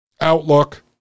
Outlook